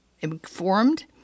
informed